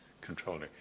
controlling